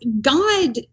God